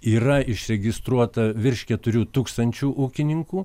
yra išregistruota virš keturių tūkstančių ūkininkų